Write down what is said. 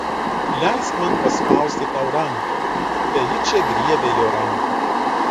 leisk man paspausti tau ranką feličė griebė jo ranką